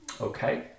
okay